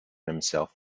himself